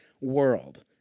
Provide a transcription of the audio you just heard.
world